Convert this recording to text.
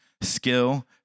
skill